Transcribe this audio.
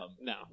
no